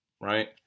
Right